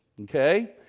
Okay